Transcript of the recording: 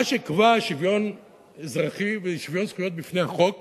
מה שיקבע שוויון אזרחי ושוויון זכויות בפני החוק